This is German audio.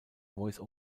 voice